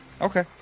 Okay